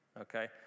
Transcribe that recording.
okay